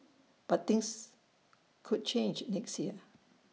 but things could change next year